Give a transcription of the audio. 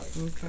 Okay